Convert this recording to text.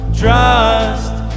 trust